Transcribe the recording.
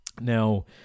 now